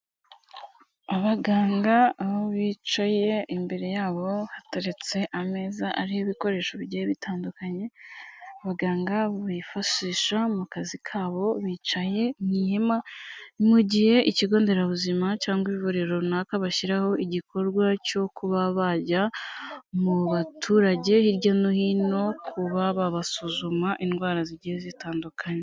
Abaganga aho bicaye imbere yabo hateretse ameza ariho ibikoresho bigiye bitandukanye, abaganga bifashisha mu kazi kabo bicaye mu ihema, mu gihe ikigo nderabuzima cyangwa ivuriro runaka bashyiraho igikorwa cyo kuba bajya, mu baturage hirya no hino, kuba babasuzuma indwara zigiye zitandukanye.